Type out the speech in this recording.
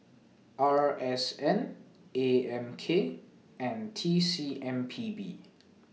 R S N A M K and T C M P B